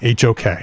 HOK